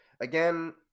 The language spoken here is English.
again